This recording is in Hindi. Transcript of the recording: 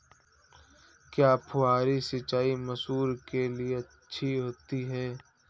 क्या फुहारी सिंचाई मसूर के लिए अच्छी होती है?